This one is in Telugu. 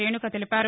రేణుక తెలిపారు